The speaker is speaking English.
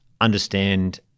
understand